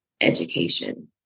education